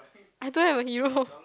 I don't have a hero